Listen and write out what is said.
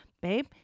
babe